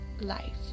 life